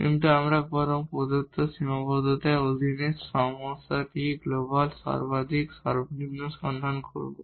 কিন্তু আমরা বরং প্রদত্ত সীমাবদ্ধতার অধীনে সমস্যাটির গ্লোবাল মাক্সিমাম মিনিমাম সন্ধান করব